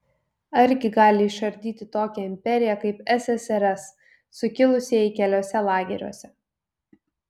argi gali išardyti tokią imperiją kaip ssrs sukilusieji keliuose lageriuose